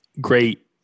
great